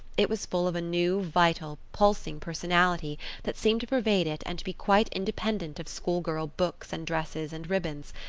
it was full of a new vital, pulsing personality that seemed to pervade it and to be quite independent of schoolgirl books and dresses and ribbons,